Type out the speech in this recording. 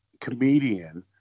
comedian